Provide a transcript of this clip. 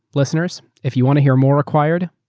listeners, if you want to hear more acquired,